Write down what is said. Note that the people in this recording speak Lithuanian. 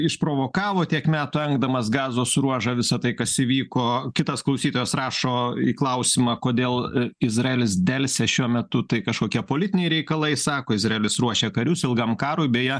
išprovokavo tiek metų engdamas gazos ruožą visa tai kas įvyko kitas klausytojas rašo į klausimą kodėl izraelis delsia šiuo metu tai kažkokie politiniai reikalai sako izraelis ruošia karius ilgam karui beje